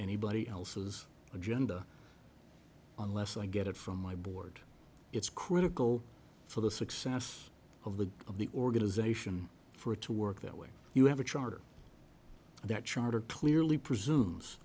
anybody else's agenda unless i get it from my board it's critical for the success of the of the organization for it to work that way you have a charter that charter clearly presumes